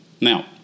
Now